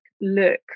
look